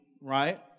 right